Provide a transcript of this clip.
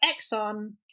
exxon